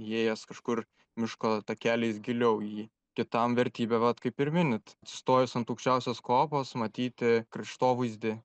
įėjęs kažkur miško takeliais giliau į jį kitam vertybė vat kaip ir minit atsistojus ant aukščiausios kopos matyti kraštovaizdį